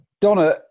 Donna